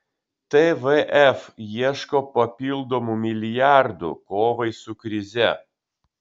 tvf ieško papildomų milijardų kovai su krize